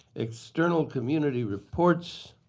external community reports.